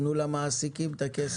תנו למעסיקים את הכסף.